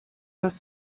das